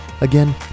Again